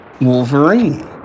Wolverine